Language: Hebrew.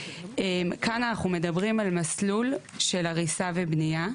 כאן אנחנו מדברים על מסלול של הריסה ובניה,